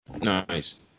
Nice